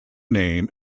name